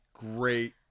great